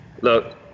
Look